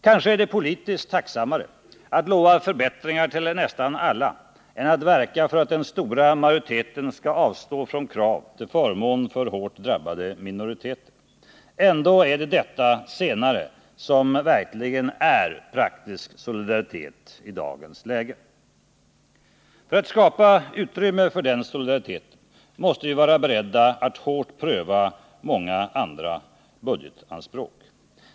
Kanske är det politiskt tacksammare att lova förbättringar till nästan alla än att verka för att den stora majoriteten skall avstå från krav till förmån för hårt drabbade minoriteter. Ändå är det detta senare som verkligen är praktisk solidaritet i dagens läge. För att skapa utrymme för den solidariteten måste vi vara beredda att hårt pröva många andra budgetanspråk.